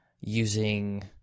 using